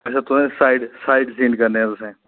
अच्छा तुसें sightseeing करने ना तुसें